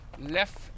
Left